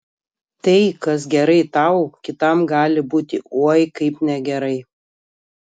tai kas gerai tau kitam gali būti oi kaip negerai